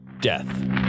Death